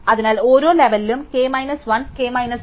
അതിനാൽ ഓരോ ലെവലിനും k മൈനസ് 1 k മൈനസ് 2